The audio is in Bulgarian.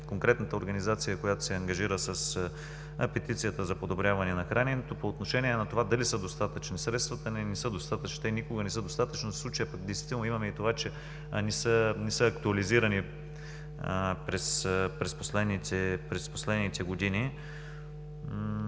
конкретната организация, която се ангажира с петицията за подобряване на храненето. По отношение на това дали са достатъчни средствата – не, не са достатъчни! Те никога не са достатъчни. В случая пък имаме и това, че не са актуализирани през последните години.